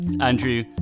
Andrew